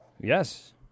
Yes